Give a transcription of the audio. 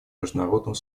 международного